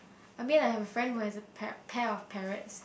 I mean I have a friend who has a pair pair of parrots